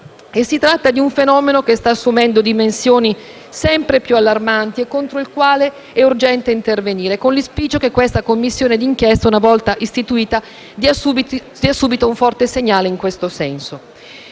Si tratta di un fenomeno che sta assumendo dimensioni sempre più allarmanti e contro il quale è urgente intervenire, con l'auspicio che questa Commissione d'inchiesta, una volta istituita, dia subito un forte segnale in tal senso.